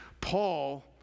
Paul